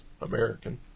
American